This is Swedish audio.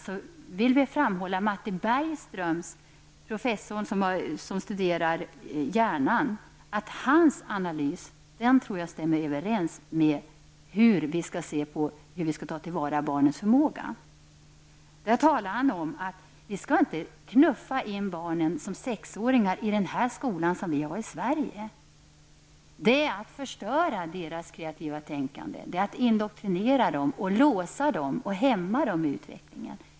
Vi vill framhålla att professor Martin Bergströms analyser stämmer överens med våra idéer om hur barnens förmåga skall tas till vara. Han är den professor som studerar hjärnans funktioner. Han säger att vi inte skall knuffa in sexåringarna i den skola som vi har i Sverige. Han menar att det är att förstöra deras kreativa tänkande, att indoktrinera dem, låsa dem och hämma deras utveckling.